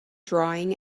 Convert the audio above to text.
drawing